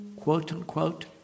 quote-unquote